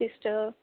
sister